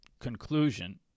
conclusion